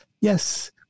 Yes